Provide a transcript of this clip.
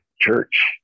church